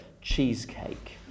cheesecake